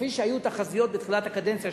כפי שהיו תחזיות בתחילת הקדנציה,